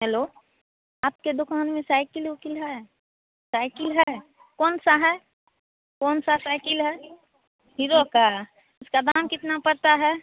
hello आपकी दुकान में साइकिल उकिल है साइकिल है कौन सा है कौन सा साइकिल है हीरो का उसका दाम कितना पड़ता है